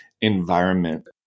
environment